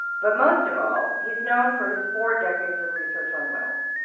but most of all, he's known for his four decades of research on wealth.